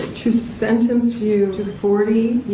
to sentence you to forty